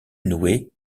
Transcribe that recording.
noué